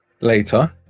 later